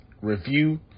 review